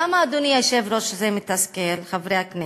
למה, אדוני היושב-ראש, זה מתסכל, חברי הכנסת?